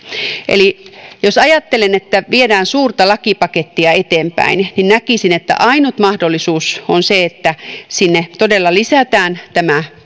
eli jos ajattelen että viedään suurta lakipakettia eteenpäin niin näkisin että ainut mahdollisuus on se että sinne todella lisätään tämä